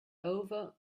over